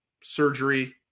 surgery